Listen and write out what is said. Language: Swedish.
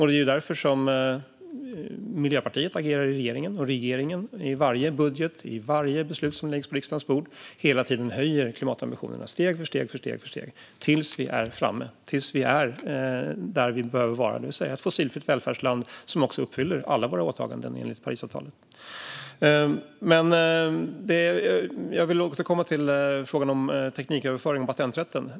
Det är därför som Miljöpartiet agerar i regeringen och regeringen i varje budget och i varje beslut som läggs på riksdagens bord hela tiden höjer klimatambitionerna steg för steg tills vi är framme och är där vi behöver vara, det vill säga att vi är ett fossilfritt välfärdsland som också uppfyller alla våra åtaganden enligt Parisavtalet. Jag vill återkomma till frågan om tekniköverföring och patenträtten.